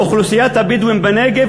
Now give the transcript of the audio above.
אוכלוסיית הבדואים בנגב.